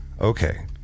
Okay